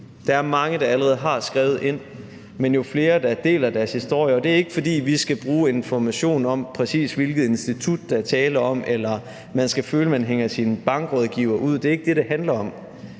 Der er mange, der allerede har skrevet ind, men jo flere der deler deres historie, jo bedre. Og det er ikke, fordi vi skal bruge information om, præcis hvilket institut der er tale om, eller man skal føle, at man hænger sin bankrådgiver ud. Det er ikke det, det handler om;